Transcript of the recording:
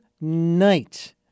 night